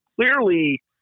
clearly